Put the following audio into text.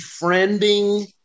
befriending